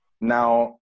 Now